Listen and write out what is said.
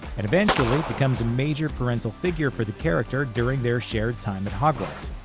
and eventually becomes a major parental figure for the character during their shared time at hogwarts.